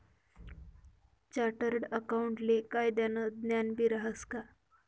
chartered अकाऊंटले कायदानं ज्ञानबी रहास का